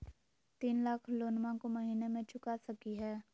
तीन लाख लोनमा को महीना मे चुका सकी हय?